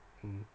mm